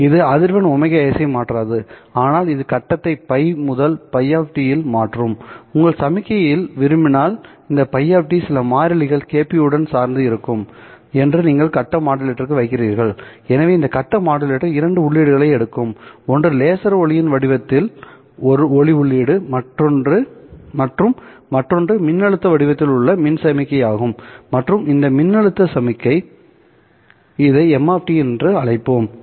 இது அதிர்வெண் ωs ஐ மாற்றாது ஆனால் இது கட்டத்தை Ф முதல் Ф இல் மாற்றும்நீங்கள் சமிக்ஞையில் விரும்பினால் இந்த Ф சில மாறிலிகள் kp உடன் சார்ந்து இருக்கும் என்று நீங்கள் கட்ட மாடுலேட்டருக்கு வைக்கிறீர்கள் எனவே இந்த கட்ட மாடுலேட்டர் இரண்டு உள்ளீடுகளை எடுக்கும் ஒன்று லேசர் ஒளியின் வடிவத்தில் ஒளி உள்ளீடு மற்றும் மற்றொன்று மின்னழுத்தம் வடிவத்தில் உள்ள மின் சமிக்ஞையாகும் மற்றும் அந்த மின்னழுத்த சமிக்ஞை இதை m என்று அழைப்போம்